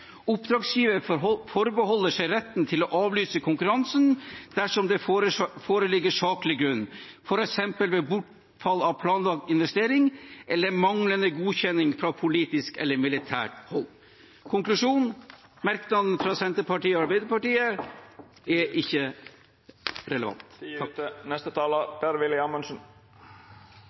oppdragsgiver forbeholder seg retten til å avlyse konkurransen dersom det foreligger saklig grunn, f.eks. ved bortfall av planlagt investering eller manglende godkjenning fra politisk eller militært hold. Konklusjonen er at merknaden fra Senterpartiet og SV ikke er relevant.